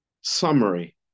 summary